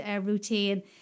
routine